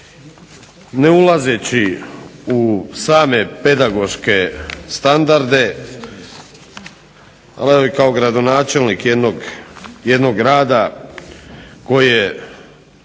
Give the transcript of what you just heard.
Ne ulazeći u same pedagoške standarde, ali evo i kao gradonačelnik jednog grada koji je